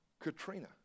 Katrina